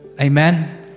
amen